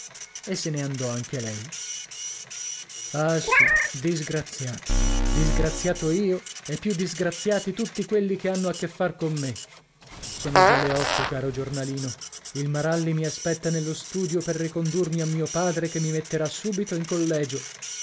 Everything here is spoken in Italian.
e se ne andò anche lei ah sì disgraziato disgraziato io e più disgraziati tutti quelli che hanno a che far con me sono già le otto caro giornalino il maralli mi aspetta nello studio per ricondurmi a mio padre che mi metterà subito in collegio